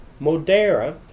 modera